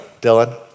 Dylan